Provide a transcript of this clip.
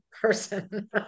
person